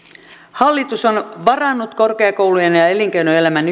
hallitus on varannut korkeakoulujen ja ja elinkeinoelämän